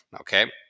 okay